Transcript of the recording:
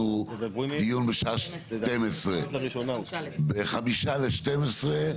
בשעה 11:34.